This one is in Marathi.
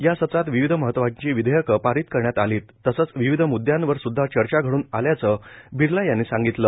या सत्रात विविध महत्वाची विधेयकं पारित करण्यात आली तसंघ विविध ब्रुद्धांवर सुद्धा पर्षा घडून आल्याचं बिर्ला यांनी सांगितलं